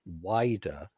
wider